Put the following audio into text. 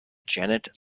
janet